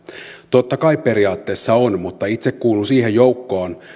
totta kai periaatteessa on mutta itse kuulun siihen joukkoon